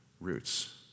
roots